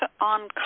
on